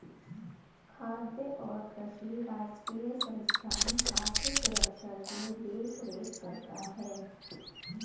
खाद्य और कृषि राष्ट्रीय संस्थान खाद्य सुरक्षा की देख रेख करता है